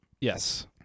Yes